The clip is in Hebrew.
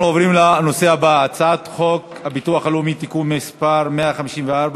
אנחנו עוברים לנושא הבא: הצעת חוק הביטוח הלאומי (תיקון מס' 154)